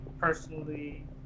personally